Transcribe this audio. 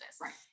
Right